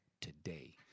today